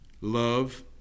love